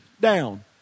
down